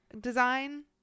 design